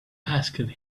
asked